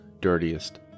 dirtiest